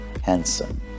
handsome